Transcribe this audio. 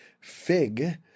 fig